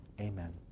amen